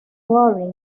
lorry